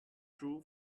true